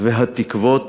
והתקוות